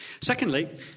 Secondly